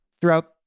throughout